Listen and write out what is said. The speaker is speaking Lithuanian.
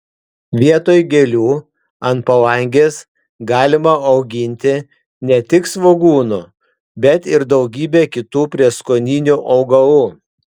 vietoj gėlių ant palangės galima auginti ne tik svogūnų bet ir daugybę kitų prieskoninių augalų